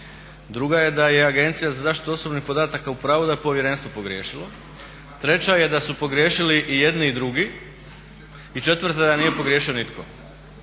Druga je da je Agencija za zaštitu osobnih podataka u pravu da je Povjerenstvo pogriješilo. Treća je da su pogriješili i jedni i drugi. I četvrtka je da nije pogriješio nitko.